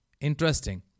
interesting